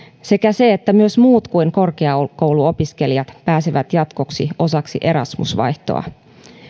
sekä se että myös muut kuin korkeakouluopiskelijat pääsevät jatkossa osaksi erasmus vaihtoa